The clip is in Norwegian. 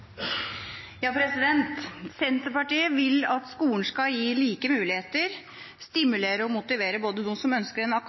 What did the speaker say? Senterpartiet vil at skolen skal gi like muligheter,